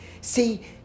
See